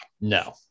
No